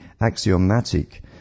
axiomatic